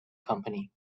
company